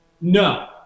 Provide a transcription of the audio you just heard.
No